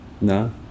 No